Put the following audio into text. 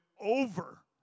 over